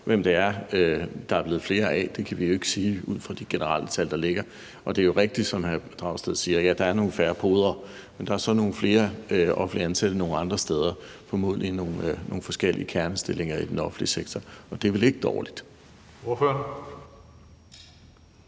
hvem det er, der er blevet flere af. Det kan vi jo ikke sige ud fra de generelle tal, der ligger. Og det er jo rigtigt, som hr. Pelle Dragsted siger, at der er nogle færre podere, men der er så nogle flere offentligt ansatte nogle andre steder, formodentlig i nogle forskellige kernestillinger i den offentlige sektor, og det er vel ikke dårligt.